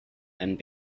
and